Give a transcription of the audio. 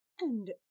and